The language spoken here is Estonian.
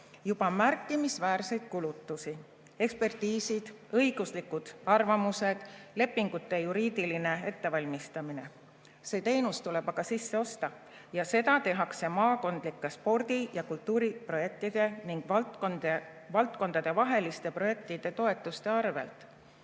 juba märkimisväärseid kulutusi, nagu ekspertiisid, õiguslikud arvamused, lepingute juriidiline ettevalmistamine. See teenus tuleb aga sisse osta ning seda tehakse maakondlike spordi- ja kultuuriprojektide ning valdkondadevaheliste projektide toetuste arvel.